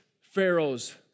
Pharaoh's